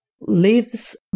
lives